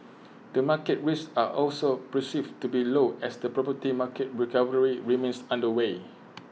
the market risks are also perceived to be low as the property market recovery remains underway